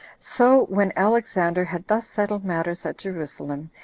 so when alexander had thus settled matters at jerusalem,